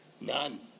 None